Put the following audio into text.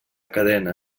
cadena